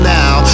now